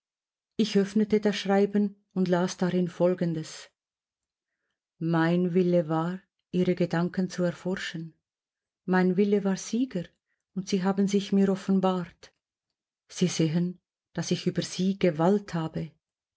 ich öffnete das schreiben und las darin folgendes mein wille war ihre gedanken zu erforschen mein wille war sieger und sie haben sich mir offenbart sie sehen daß ich über sie gewalt habe